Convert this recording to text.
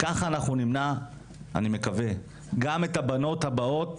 ככה אנחנו נמנע אני מקווה גם את הבנות הבאות